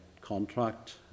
contract